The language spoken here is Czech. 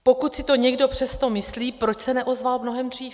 Pokud si to někdo přesto myslí, proč se neozval mnohem dřív?